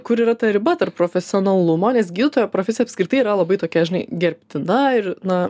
kur yra ta riba tarp profesionalumo nes gydytojo profesija apskritai yra labai tokia žinai gerbtina ir na